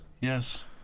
Yes